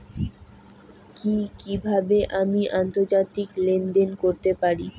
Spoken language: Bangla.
কি কিভাবে আমি আন্তর্জাতিক লেনদেন করতে পারি?